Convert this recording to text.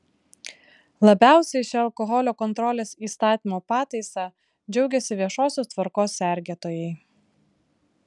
labiausiai šia alkoholio kontrolės įstatymo pataisa džiaugiasi viešosios tvarkos sergėtojai